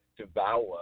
devour